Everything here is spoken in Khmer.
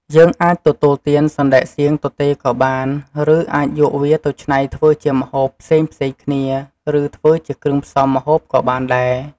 យើងអាចទទួលទានសណ្តែកសៀងទទេក៏បាន ឬ អាចយកវាទៅឆ្នៃធ្វើជា ម្ហូបផ្សេងៗគ្នា ឬ ធ្វើជាគ្រឿងផ្សំម្ហូបក៏បានដែរ។